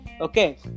Okay